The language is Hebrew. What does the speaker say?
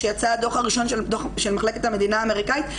כשיצא הדוח הראשון של מחלקת המדינה האמריקנית,